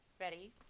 Ready